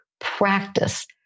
practice